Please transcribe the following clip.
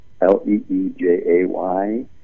l-e-e-j-a-y